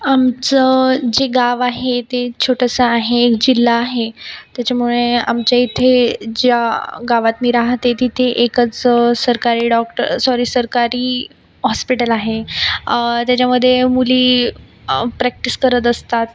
आमचं जे गाव आहे ते छोटंसं आहे जिल्हा आहे त्याच्यामुळे आमच्या इथे ज्या गावात मी राहते तिथे एकच सरकारी डॉक्टर सॉरी सरकारी हॉस्पिटल आहे त्याच्यामधे मुली प्रॅक्टिस करत असतात